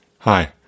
Hi